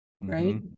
right